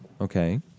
Okay